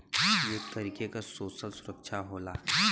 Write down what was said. ई एक तरीके क सोसल सुरक्षा होला